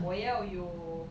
我要有